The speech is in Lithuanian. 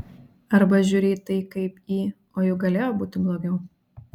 arba žiūri į tai kaip į o juk galėjo būti blogiau